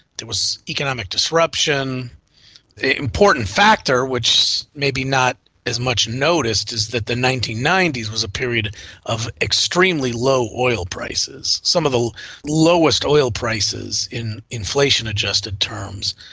there was economic disruption. the important factor, which may be not as much noticed, is that the nineteen ninety s was a period of extremely low oil prices, some of the lowest oil prices, in inflation adjusted terms,